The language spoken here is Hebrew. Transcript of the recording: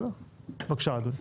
בבקשה, אדוני.